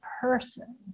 person